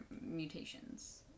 mutations